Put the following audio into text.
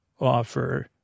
offer